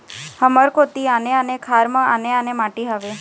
हमर कोती आने आने खार म आने आने माटी हावे?